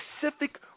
specific